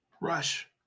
rush